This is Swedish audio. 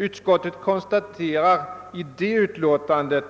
I det utlåtandet kon staterar utskottet